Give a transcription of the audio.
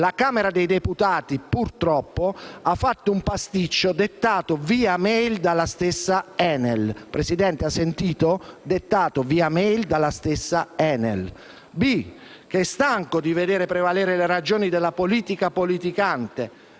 «la Camera dei deputati, purtroppo, ha fatto un pasticcio dettato via *mail* dalla stessa ENEL». Presidente, ha sentito? Dettato via *mail* dalla stessa ENEL. Egli ha detto poi che è «stanco di veder prevalere le ragioni della politica politicante»